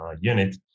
unit